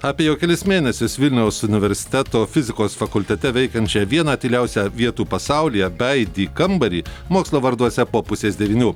apie jau kelis mėnesius vilniaus universiteto fizikos fakultete veikiančią vieną tyliausią vietų pasaulyje beaidį kambarį mokslo varduose po pusės devynių